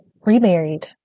remarried